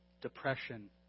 depression